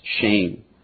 shame